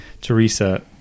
Teresa